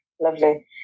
lovely